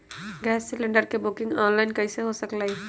Gas cylinder के booking online कईसे हो सकलई ह?